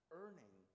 earning